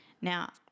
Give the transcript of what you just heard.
Now